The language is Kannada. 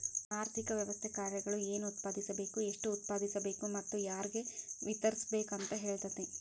ಆರ್ಥಿಕ ವ್ಯವಸ್ಥೆ ಕಾರ್ಯಗಳು ಏನ್ ಉತ್ಪಾದಿಸ್ಬೇಕ್ ಎಷ್ಟು ಉತ್ಪಾದಿಸ್ಬೇಕು ಮತ್ತ ಯಾರ್ಗೆ ವಿತರಿಸ್ಬೇಕ್ ಅಂತ್ ಹೇಳ್ತತಿ